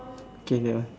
okay that one